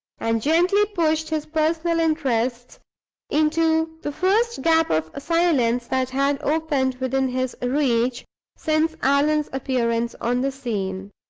and gently pushed his personal interests into the first gap of silence that had opened within his reach since allan's appearance on the scene.